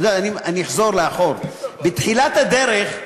אתה יודע, אני אחזור לאחור: בתחילת הדרך,